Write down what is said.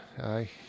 Aye